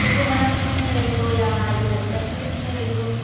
कुलु मनाली कीअं रहंदो या इहो कश्मीर कीअं रहंदो